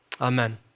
amen